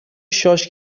شاش